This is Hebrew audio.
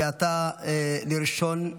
ועתה ראשון הדוברים,